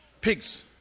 Pigs